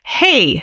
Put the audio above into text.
hey